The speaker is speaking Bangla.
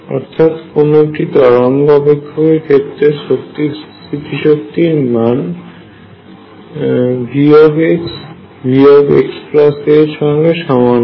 অর্থাৎ কোনো একটি তরঙ্গ অপেক্ষকের ক্ষেত্রে স্থিতিশক্তির মান V V xa এর সঙ্গে সমান হয়